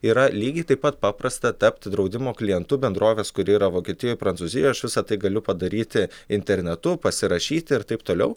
yra lygiai taip pat paprasta tapti draudimo klientu bendrovės kuri yra vokietijoj prancūzijoj aš visa tai galiu padaryti internetu pasirašyti ir taip toliau